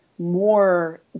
more